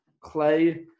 Clay